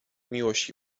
miłość